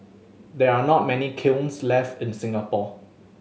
there are not many kilns left in Singapore